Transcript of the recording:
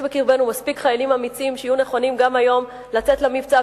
יש בקרבנו מספיק חיילים אמיצים שיהיו נכונים גם היום לצאת למבצע,